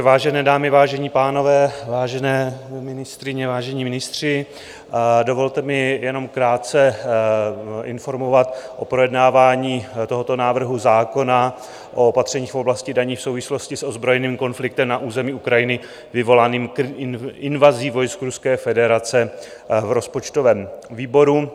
Vážené dámy, vážení pánové, vážené paní ministryně, vážení ministři, dovolte mi jenom krátce informovat o projednávání tohoto návrhu zákona o opatřeních v oblasti daní v souvislosti s ozbrojeným konfliktem na území Ukrajiny vyvolaným invazí vojsk Ruské federace v rozpočtovém výboru.